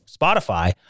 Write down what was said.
Spotify